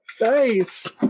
Nice